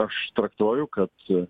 aš traktuoju kad